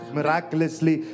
miraculously